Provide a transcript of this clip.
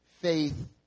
faith